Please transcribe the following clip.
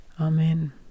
Amen